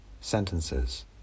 sentences